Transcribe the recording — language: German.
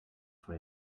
vor